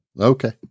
Okay